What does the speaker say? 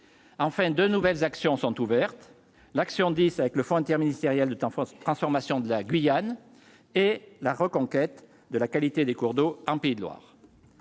enfin, de nouvelles actions sont ouvertes, l'action 10 avec le fonds interministériel de temps forts, transformation de la Guyane et la reconquête de la qualité des cours d'eau en Pays de Loire.